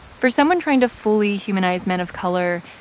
for someone trying to fully humanize men of color,